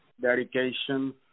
dedication